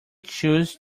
chose